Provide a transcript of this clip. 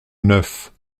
neuf